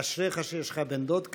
אשריך שיש לך בן דוד כזה.